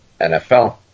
NFL